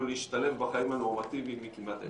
להשתלב בחיים הנורמטיביים היא כמעט אפס.